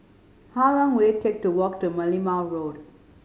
how long will it take to walk to Merlimau Road